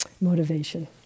Motivation